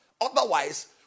Otherwise